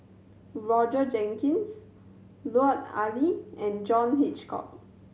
Roger Jenkins Lut Ali and John Hitchcock